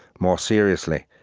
more seriously,